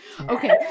Okay